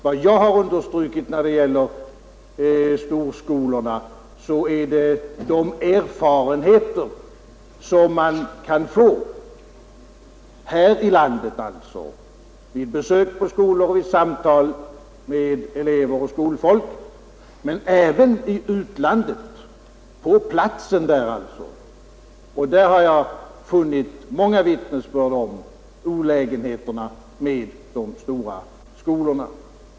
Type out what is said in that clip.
Det jag har understrukit när det gäller storskolorna är de erfarenheter som man kan få här i landet vid besök på skolor och vid samtal med elever och skolfolk men även i utlandet, på platsen alltså, och där har jag funnit många vittnesbörd om olägenheterna med de stora skolorna.